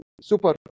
Super